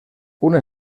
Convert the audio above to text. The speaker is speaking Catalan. una